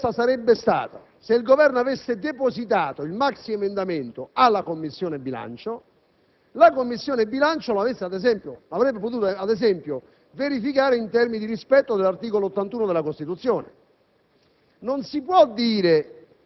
Cosa diversa sarebbe stata se il Governo avesse depositato il maxiemendamento in Commissione bilancio, in modo tale che la Commissione bilancio avrebbe potuto verificarlo in termini di rispetto dell'articolo 81 della Costituzione.